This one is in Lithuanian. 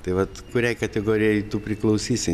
tai vat kuriai kategorijai tu priklausysi